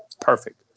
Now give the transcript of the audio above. perfect